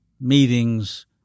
meetings